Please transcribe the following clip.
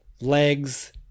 legs